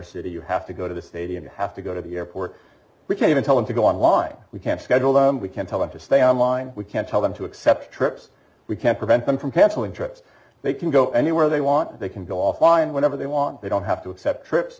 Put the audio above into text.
city you have to go to the stadium you have to go to the airport we can't even tell them to go online we can't schedule them we can't tell them to stay on line we can't tell them to accept trips we can't prevent them from canceling trips they can go anywhere they want they can go offline whenever they want they don't have to accept trips